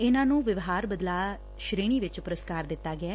ਇਨੂਾਂ ਨੂੰ ਵਿਵਹਾਰ ਬਦਲਾਅ ਸ੍ਰੇਣੀ ਵਿਚ ਪੁਰਸਕਾਰ ਦਿੱਤਾ ਗਿਐ